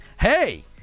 Hey